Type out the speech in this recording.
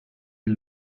est